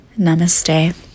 Namaste